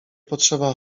potrzeba